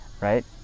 right